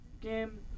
game